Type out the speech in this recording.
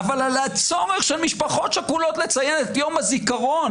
אבל על הצורך של משפחות שכולות לציין את יום הזיכרון